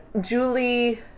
Julie